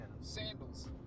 Sandals